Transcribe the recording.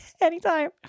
anytime